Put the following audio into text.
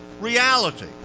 reality